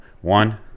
One